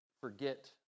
forget